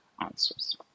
answers